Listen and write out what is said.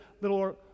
little